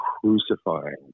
crucifying